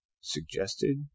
suggested